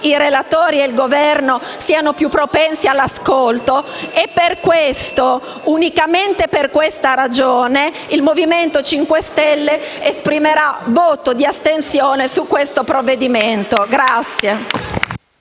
i relatori e il Governo saranno più propensi all’ascolto. Per questo, unicamente per questa ragione, il Movimento 5 Stelle esprimerà voto di astensione sul provvedimento al